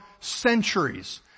centuries